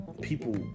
people